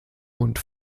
und